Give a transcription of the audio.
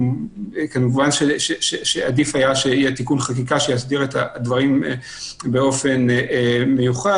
כמובן שעדיף היה שיהיה תיקון חקיקה שיסדיר את הדברים באופן מיוחד,